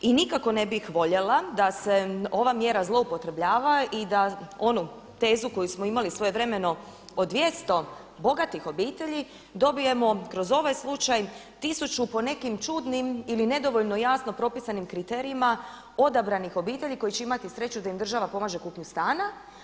I nikako ne bih voljela da se ova mjera zloupotrebljava i da onu tezu koju smo imali svojevremeno o 200 bogatih obitelji dobijemo kroz ovaj slučaj tisuću po nekim čudnim ili nedovoljno jasno propisanim kriterijima odabranih obitelji koje će imati sreću da im država pomaže u kupnji stana.